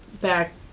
back